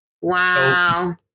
Wow